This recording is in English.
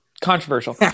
controversial